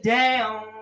down